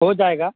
हो जाएगा